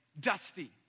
dusty